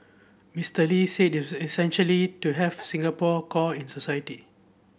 Mister Lee said it was essential to have Singapore core in society